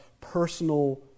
personal